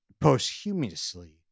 posthumously